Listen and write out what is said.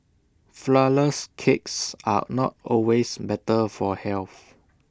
Flourless Cakes are not always better for health